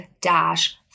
dash